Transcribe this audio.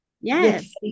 Yes